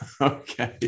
okay